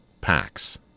packs